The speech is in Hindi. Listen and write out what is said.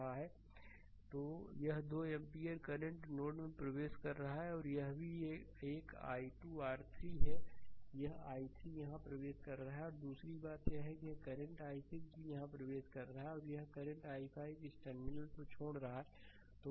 स्लाइड समय देखें 0846 यह यह 2 एम्पीयर करंट नोड में प्रवेश कर रहा है और यह भी एक i2 r3 है जो यह i3 यहाँ प्रवेश कर रहा है और दूसरी बात यह है कि यह करंट i6 भी यहाँ प्रवेश कर रहा है और यह करंट i5 यह इस टर्मिनल को छोड़ रहा है